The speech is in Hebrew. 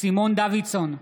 סימון דוידסון,